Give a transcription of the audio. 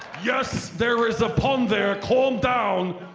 yes, there is a pun there calm down,